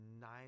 nine